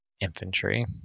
infantry